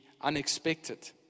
unexpected